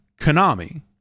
Konami